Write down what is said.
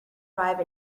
arrive